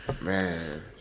man